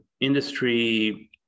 industry